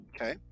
Okay